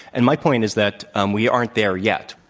and my point is that um we aren't there yet.